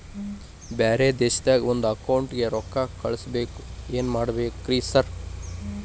ಬ್ಯಾರೆ ದೇಶದಾಗ ಒಂದ್ ಅಕೌಂಟ್ ಗೆ ರೊಕ್ಕಾ ಕಳ್ಸ್ ಬೇಕು ಏನ್ ಮಾಡ್ಬೇಕ್ರಿ ಸರ್?